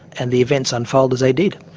and the events unfold as they did.